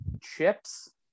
chips